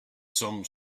some